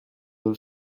will